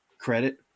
credit